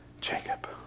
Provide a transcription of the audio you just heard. Jacob